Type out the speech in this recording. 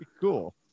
cool